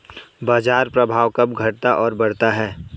बाजार प्रभाव कब घटता और बढ़ता है?